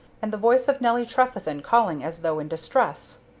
and the voice of nelly trefethen calling as though in distress.